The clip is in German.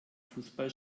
fußball